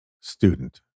student